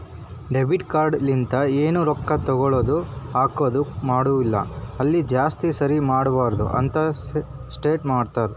debit card ಲಿಂತ ಎನ್ ರೊಕ್ಕಾ ತಗೊಳದು ಹಾಕದ್ ಮಾಡ್ತಿವಿ ಅಲ್ಲ ಜಾಸ್ತಿ ಸರಿ ಮಾಡಬಾರದ ಅಂತ್ ಸೆಟ್ ಮಾಡ್ತಾರಾ